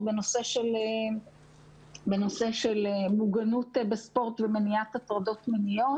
בנושא של מוגנות בספורט ומניעת הטרדות מיניות.